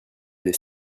des